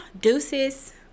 deuces